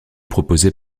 proposés